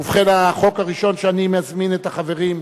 ובכן, החוק הראשון שאני מזמין את החברים,